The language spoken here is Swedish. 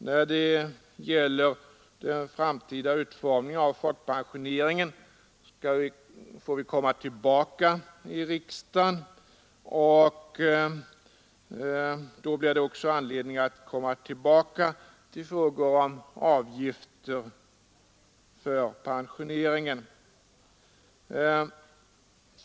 När det gäller den framtida utformningen av folkpensionen sägs det att det blir anledning att återkomma till frågan om avgifter för pensioneringen.